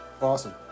Awesome